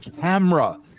camera